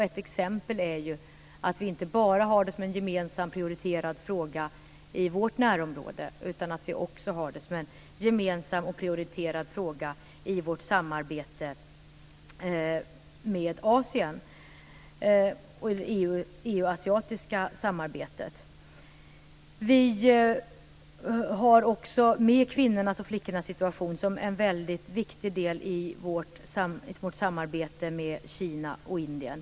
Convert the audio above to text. Ett exempel är att det inte bara är en gemensam prioriterad fråga i vårt närområde, utan vi har det också som en gemensam prioriterad fråga i vårt samarbete med Asien och i det EU-asiatiska samarbetet. Vi har också med flickornas och kvinnornas situation som en väldigt viktig del i vårt samarbete med Kina och Indien.